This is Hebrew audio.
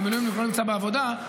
והמילואימניק לא נמצא בעבודה,